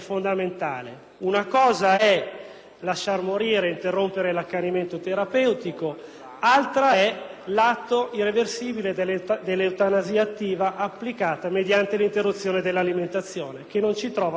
lasciar morire, interrompere l'accanimento terapeutico, altra cosa è l'atto irreversibile dell'eutanasia attiva applicata mediante l'interruzione dell'alimentazione, che non ci trova assolutamente d'accordo.